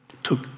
took